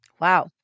Wow